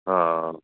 हा